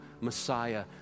Messiah